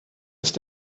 ist